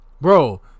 Bro